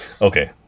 Okay